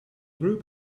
group